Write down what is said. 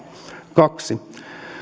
kaksi